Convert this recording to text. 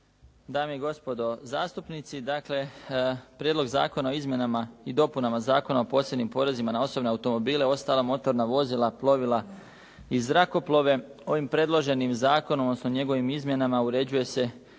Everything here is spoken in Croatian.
Dame i gospodo zastupnici. Prijedlog zakona o izmjenama i dopunama Zakona o posebnim porezima na osobne automobile, ostala motorna vozila, plovila i zrakoplove, ovim predloženim zakonom odnosno njegovim izmjenama uređuje se